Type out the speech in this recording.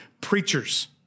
preachers